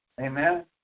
Amen